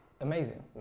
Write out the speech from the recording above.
amazing